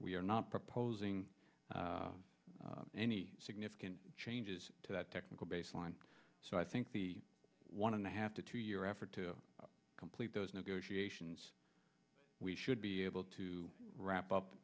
we're not proposing any significant changes to that technical baseline so i think the one and a half to two year effort to complete those negotiations we should be able to wrap up